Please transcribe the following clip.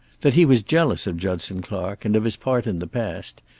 that he was jealous of judson clark, and of his part in the past,